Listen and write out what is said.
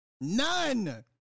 None